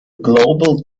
global